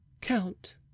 Count